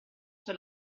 sue